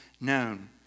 Known